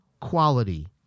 quality